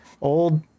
old